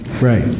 right